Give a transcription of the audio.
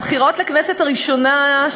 אז הבחירות לכנסת הראשונה,